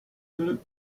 peux